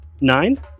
Nine